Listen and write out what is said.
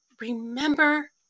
Remember